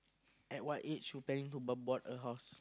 at what age you planning to bought bought a house